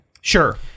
Sure